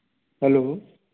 hello